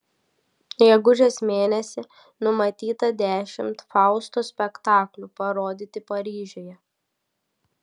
gegužės mėnesį numatyta dešimt fausto spektaklių parodyti paryžiuje